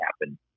happen